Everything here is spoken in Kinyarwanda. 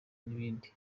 n’ibindi